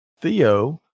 Theo